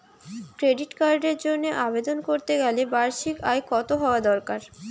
Credit কার্ডের জন্য আবেদন করতে গেলে বার্ষিক আয় কত হওয়া দরকার?